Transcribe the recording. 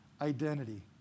identity